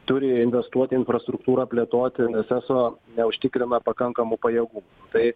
turi investuoti į infrastruktūrą plėtoti nes eso neužtikrina pakankamų pajėgumų tai